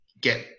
get